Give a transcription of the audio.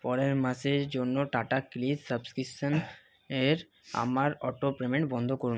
পরের মাসের জন্য টাটাক্লিক সাবস্ক্রিপশান এর আমার অটোপেমেন্ট বন্ধ করুন